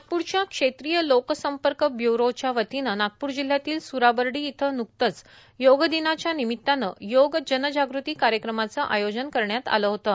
नागप्रच्या क्षेत्रीय लोक संपर्क ब्यूरोच्या वतीनं नागप्र जिल्हयातील स्राबर्डी इथं न्कतंच योग दिनांच्या निमितानं योग जन जागृती कार्यक्रमाचं आयोजन करण्यात आलं होतं